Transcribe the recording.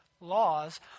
laws